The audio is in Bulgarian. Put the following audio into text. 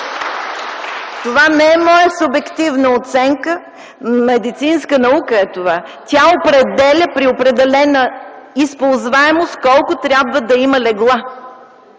Това не е моя субективна оценка. Медицинска наука е това – тя определя при определена използваемост колко легла трябва да има.